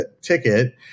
ticket